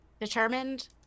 determined